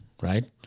right